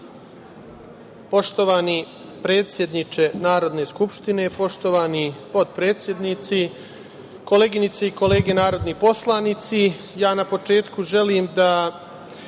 Poštovani predsedniče Narodne skupštine, poštovani potpredsednici, koleginice i kolege narodni poslanici, ja na početku želim da